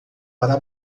para